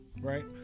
right